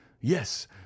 Yes